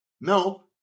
No